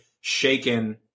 shaken